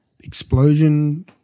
explosion